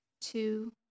two